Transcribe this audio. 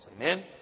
Amen